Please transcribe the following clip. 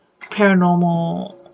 paranormal